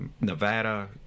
Nevada